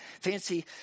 Fancy